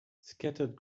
scattered